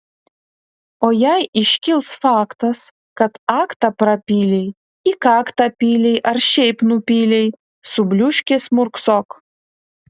o jei iškils faktas kad aktą prapylei į kaktą pylei ar šiaip nupylei subliūškęs murksok